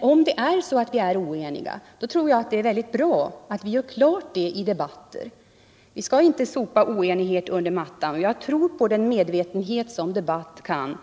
Och om det är så att vi är oeniga tror jag att det är bra att detta görs klart i debatten. Vi skall inte sopa oenighet under mattan. Jag tror på den medvetenhet som debatter kan